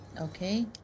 Okay